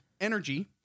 energy